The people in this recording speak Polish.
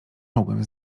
mogłem